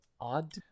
odd